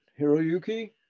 Hiroyuki